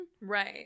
Right